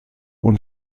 und